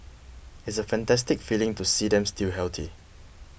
it's a fantastic feeling to see them still healthy